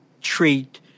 treat